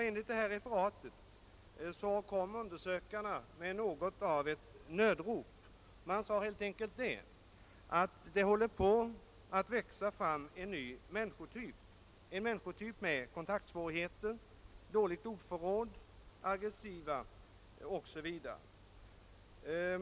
Enligt detta referat kom undersökarna med något av ett nödrop. De sade att det helt enkelt håller på att växa fram en ny människotyp — med kontaktsvårigheter, med dåligt ordförråd, aggressiv osv.